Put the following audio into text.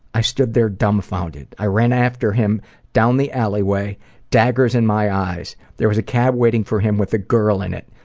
i stood there dumbfounded. i ran after him down the alley way daggers in my eyes. there was a cab waiting for him with a girl in it.